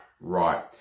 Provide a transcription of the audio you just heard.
right